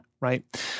right